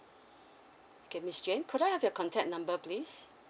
okay miss jane could I have your contact number please